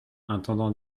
intendant